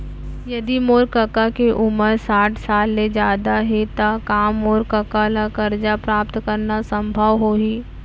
यदि मोर कका के उमर साठ साल ले जादा हे त का मोर कका ला कर्जा प्राप्त करना संभव होही